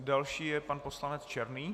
Další je pan poslanec Černý.